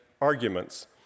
arguments